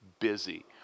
busy